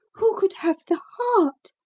who could have the heart?